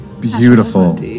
Beautiful